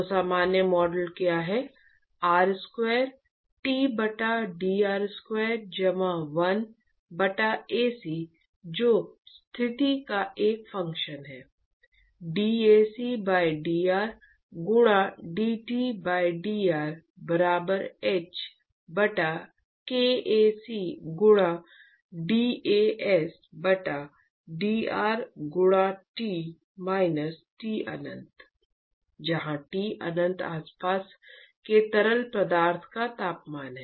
तो सामान्य मॉडल क्या है d स्क्वायर T बटा dr स्क्वायर जमा 1 बटा Ac जो स्थिति का एक फंक्शन है dAc बाय dr गुणा dT बाय dr बराबर h बटा kAc गुणा dAs बटा dr गुणा T माइनस T अनंत जहां T अनंत आसपास के तरल पदार्थ का तापमान हैं